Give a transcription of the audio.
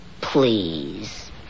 please